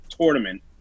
tournament